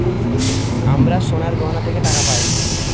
আমরা সোনার গহনা থেকে টাকা পায়